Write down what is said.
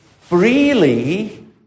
freely